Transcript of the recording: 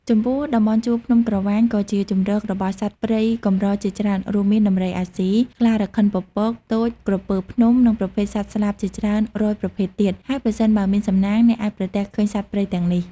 ចំពោះតំបន់ជួរភ្នំក្រវាញក៏ជាជម្រករបស់សត្វព្រៃកម្រជាច្រើនរួមមាន ដំរីអាស៊ី ខ្លារខិនពពក ទោច ក្រពើភ្នំ និងប្រភេទសត្វស្លាបជាច្រើនរយប្រភេទទៀត ហើយប្រសិនបើមានសំណាង អ្នកអាចប្រទះឃើញសត្វព្រៃទាំងនេះ។